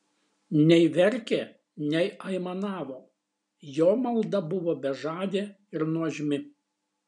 nei verkė nei aimanavo jo malda buvo bežadė ir nuožmi